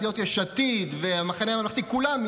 סיעות יש עתיד והמחנה הממלכתי; כולם,